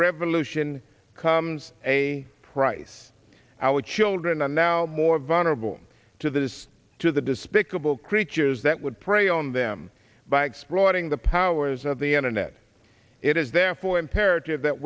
revolution comes a price our children are now more vulnerable to this to the despicable creatures that would prey on them by exploiting the powers of the internet it is therefore imperative that